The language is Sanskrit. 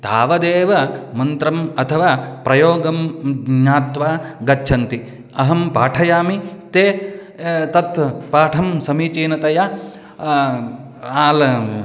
तावदेव मन्त्रम् अथवा प्रयोगं ज्ञात्वा गच्छन्ति अहं पाठयामि ते तत् पाठं समीचीनतया